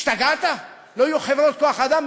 השתגעת, לא יהיו חברות כוח-אדם?